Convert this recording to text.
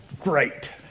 great